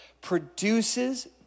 produces